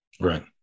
right